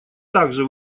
также